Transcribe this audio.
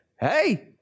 Hey